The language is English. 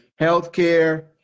healthcare